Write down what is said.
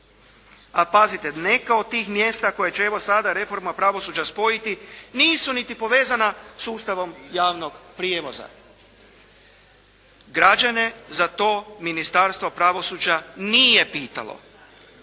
A pazite, neka od tih mjesta koja će evo sada reforma pravosuđa spojiti nisu niti povezana sustavom javnog prijevoza. Građane za to Ministarstvo pravosuđa nije pitalo.